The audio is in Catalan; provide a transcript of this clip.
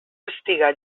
estiga